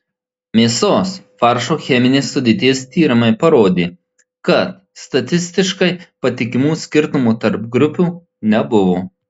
mėsos faršo cheminės sudėties tyrimai parodė kad statistiškai patikimų skirtumų tarp grupių nebuvo